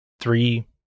three